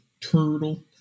turtle